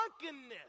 drunkenness